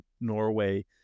Norway